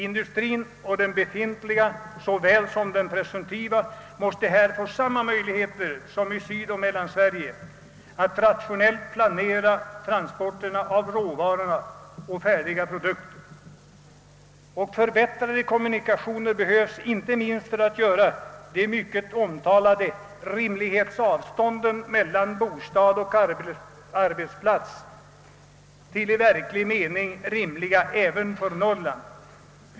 Industrien, den befintliga såväl som den presumtiva, måste här få samma möjligheter som i Sydoch Mellansverige att rationellt planera transporterna av råvaror och färdiga produkter. Och förbättrade kommunikationer behövs inte minst för att göra de mycket omtalade »rimlighetsavstånden» mellan bostad och arbetsplats till i verklig mening rimliga även i Norrland.